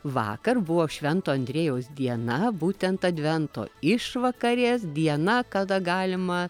vakar buvo švento andriejaus diena būtent advento išvakarės diena kada galima